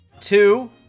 Two